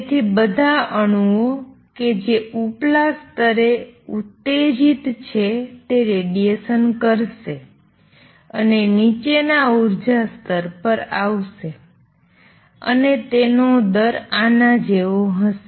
તેથી બધા અણુઓ કે જે ઉપલા સ્તરે ઉતેજીત છે તે રેડિએશન કરશે અને નીચેના ઉર્જા સ્તર પર આવશે અને તેનો દર આના જેવો હશે